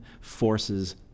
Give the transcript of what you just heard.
forces